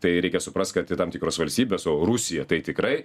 tai reikia suprast kad ir tam tikros valstybės o rusija tai tikrai